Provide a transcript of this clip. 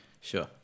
Sure